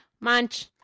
munch